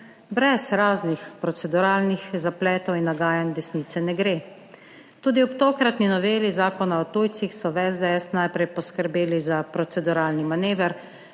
brez raznih proceduralnih zapletov in nagajanj desnice ne gre. Tudi ob tokratni noveli Zakona o tujcih so v SDS najprej poskrbeli za proceduralni manever,